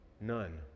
None